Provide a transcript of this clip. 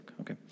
Okay